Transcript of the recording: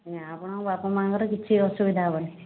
ଆଜ୍ଞା ଆପଣଙ୍କ ବାପା ମାଆଙ୍କର କିଛି ଅସୁବିଧା ହେବନି